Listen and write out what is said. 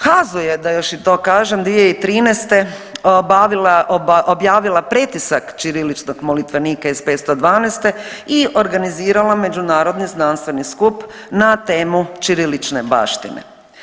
HAZU je, da još i to kažem 2013. objavila pretisak ćiriličnog molitvenika iz 512. i organizirala međunarodni znanstveni skup na temu Ćirilične baštine.